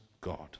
God